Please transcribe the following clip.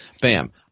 Bam